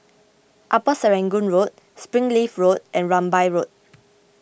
Upper Serangoon Road Springleaf Road and Rambai Road